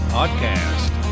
Podcast